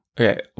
Okay